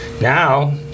Now